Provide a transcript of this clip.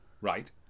right